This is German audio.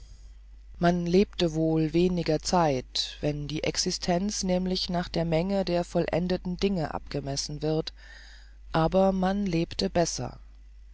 man lebte wohl weniger zeit wenn die existenz nämlich nach der menge der vollendeten dinge abgemessen wird aber man lebte besser